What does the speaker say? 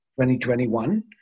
2021